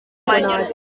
mashya